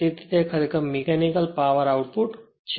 તેથી આ તે ખરેખર મીકેનિકલ પાવર આઉટપુટ છે